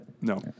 no